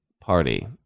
Party